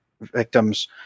Victims